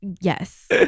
yes